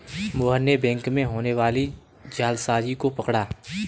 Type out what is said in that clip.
मोहन ने बैंक में होने वाली जालसाजी को पकड़ा